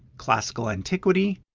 classical antiquity,